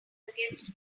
against